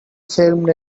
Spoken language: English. filmed